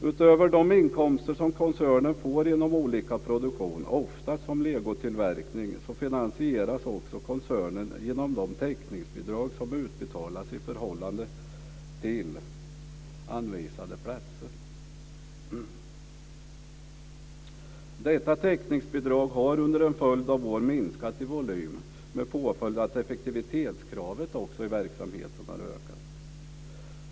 Utöver de inkomster som koncernen får genom olika typer av produktion, oftast legotillverkning, finansieras koncernen genom de täckningsbidrag som utbetalas i förhållande till anvisade platser. Detta täckningsbidrag har under en följd av år minskat i volym, med påföljd att effektivitetskravet i verksamheten har ökat.